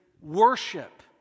worship